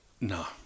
No